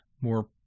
more